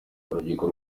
urubyiruko